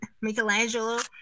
Michelangelo